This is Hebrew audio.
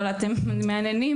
אבל אתם מהנהנים,